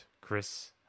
Chris